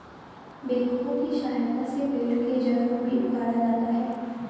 backhoe की सहायता से पेड़ के जड़ को भी उखाड़ा जाता है